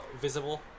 visible